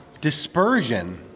Dispersion